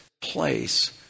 place